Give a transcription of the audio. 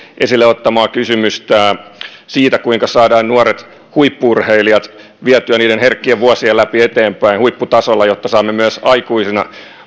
esille ottamaa kysymystä siitä kuinka saadaan nuoret huippu urheilijat vietyä niiden herkkien vuosien läpi eteenpäin huipputasolla jotta saamme heistä myös aikuisina